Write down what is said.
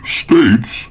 states